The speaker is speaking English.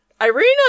Irina